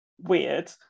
weird